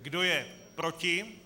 Kdo je proti?